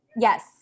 yes